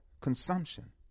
consumption